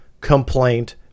complaint